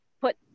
put